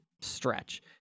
stretch